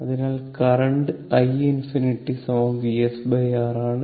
അതിനാൽ current i infinity VsR ആണ്